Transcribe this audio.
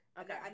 Okay